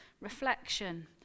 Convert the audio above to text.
reflection